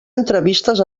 entrevistes